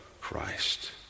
Christ